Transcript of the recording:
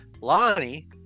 Lonnie